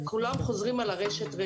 כולם חוזרים על הרשת.